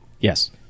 yes